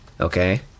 okay